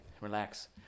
Relax